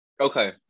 Okay